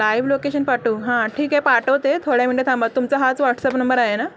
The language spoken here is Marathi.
लाईव्ह लोकेशन पाठवू हां ठीक आहे पाठवते थोड्या मिन्टं थांबा तुमचा हाच व्हाट्सअप नंबर आहे ना